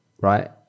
right